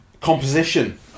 composition